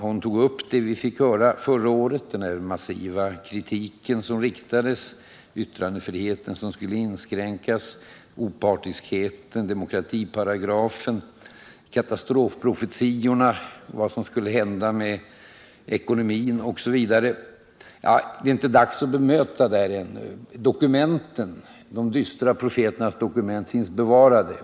Hon tog upp det vi fick höra förra året, att det var en massiv kritik som riktades mot klyvningen. Det gällde yttrandefriheten som skulle inskränkas, det gällde opartiskheten, det gällde demokratiparagrafen. Det lades fram katastrofprofetior om vad som skulle hända med ekonomin osv. Det är ännu inte dags att bemöta denna kritik. De dystra profetiornas dokument finns bevarade.